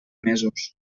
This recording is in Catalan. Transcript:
mesos